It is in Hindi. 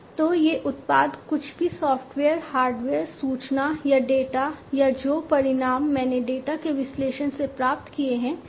तो ये उत्पाद कुछ भी सॉफ्टवेयर हार्डवेयर सूचना या डेटा या जो परिणाम मैंने डेटा के विश्लेषण से प्राप्त किए हैं हो सकते हैं